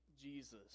Jesus